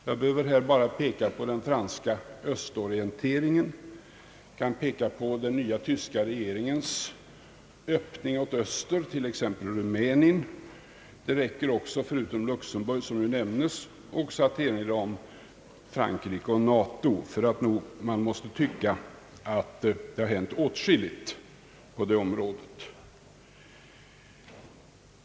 Jag behöver bara peka på den franska öÖöstorienteringen, och jag kan peka på den nya tyska regeringens öppning åt öster, t.ex. mot Rumänien. Förutom Luxemburg, som nämnts, kan också erinras om Frankrike och NATO, och man måste tycka att det har hänt åtskilligt på det området.